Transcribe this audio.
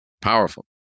Powerful